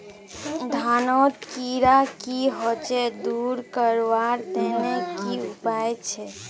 धानोत कीड़ा की होचे दूर करवार तने की उपाय छे?